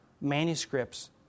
manuscripts